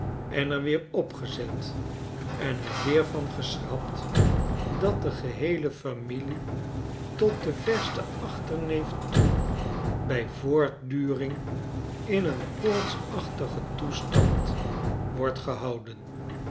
en er weer opgezet en er weer van geschrapt dat de geheele familie tot den versten achterneef toe bij voortduring in een koortsachtigen toestand wordt gehouden